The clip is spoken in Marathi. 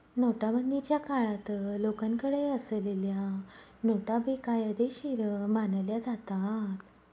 नोटाबंदीच्या काळात लोकांकडे असलेल्या नोटा बेकायदेशीर मानल्या जातात